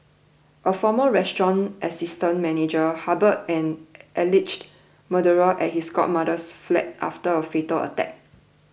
a former restaurant assistant manager harboured an alleged murderer at his godmother's flat after a fatal attack